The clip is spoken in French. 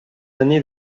années